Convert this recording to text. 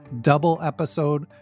double-episode